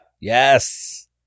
Yes